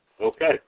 Okay